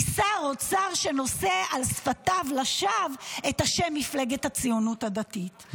משר אוצר שנושא על שפתיו לשווא את השם מפלגת הציונות הדתית.